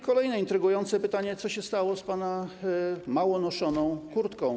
Kolejne intrygujące pytanie: Co się stało z pana mało noszoną kurtką?